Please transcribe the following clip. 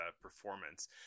performance